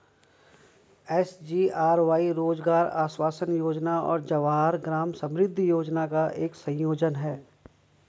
SGRY रोजगार आश्वासन योजना और जवाहर ग्राम समृद्धि योजना का एक संयोजन है